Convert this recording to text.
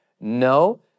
No